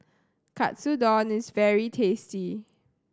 katsudon is very tasty